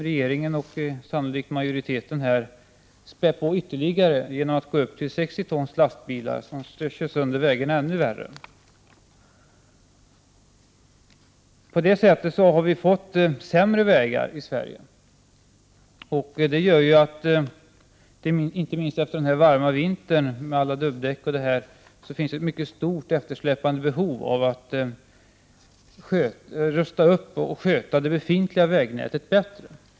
Regeringen, och sannolikt majoriteten här i riksdagen, vill spä på ytterligare genom att tillåta upp till 60 tons lastbilar, som kör sönder vägarna ännu värre. På det sättet har vi fått sämre vägar i Sverige. Och inte minst efter den här varma vintern, då alla dubbdäck har slitit på vägarna, finns ett mycket stort eftersläpande behov av att rusta upp och sköta det befintliga vägnätet bättre.